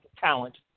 talent